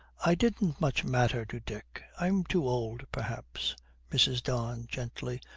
i didn't much matter to dick. i'm too old, perhaps mrs. don, gently,